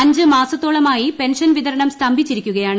അഞ്ച് മാസത്തോളമായി പെൻഷൻ വിതരണം സ്തംഭിച്ചിരിക്കുകയാണ്